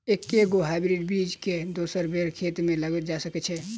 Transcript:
एके गो हाइब्रिड बीज केँ दोसर बेर खेत मे लगैल जा सकय छै?